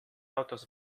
autos